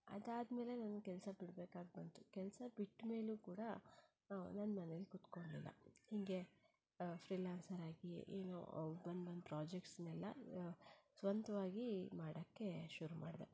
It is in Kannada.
ಅದಾದ ಮೇಲೆ ನನ್ನ ಕೆಲಸ ಬಿಡ್ಬೇಕಾಗಿ ಬಂತು ಕೆಲಸ ಬಿಟ್ಟ ಮೇಲೂ ಕೂಡ ನಾನು ಮನೇಲ್ಲಿ ಕುತ್ಕೋಳ್ಲಿಲ್ಲ ಹೀಗೇ ಫ್ರೀಲಾನ್ಸರಾಗಿ ಏನೋ ಬಂದ ಬಂದ ಪ್ರಾಜೆಕ್ಟ್ಸ್ನ್ನೆಲ್ಲ ಸ್ವಂತವಾಗಿ ಮಾಡೋಕ್ಕೆ ಶುರು ಮಾಡಿದೆ